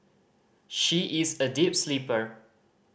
she is a deep sleeper